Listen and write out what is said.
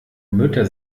mütter